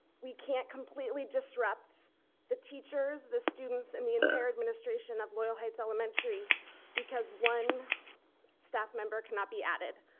we cannot completely disrupt the teachers. the students and the entire administration of loyal heights elementary because one staff member cannot be added.